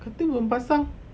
katil belum pasang